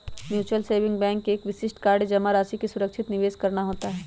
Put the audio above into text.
mutual saving bank का विशिष्ट कार्य जमा राशि का सुरक्षित निवेश करना होता है